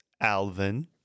Alvin